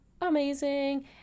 amazing